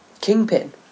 kingpin